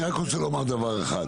אני רק רוצה לומר דבר אחד,